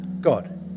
God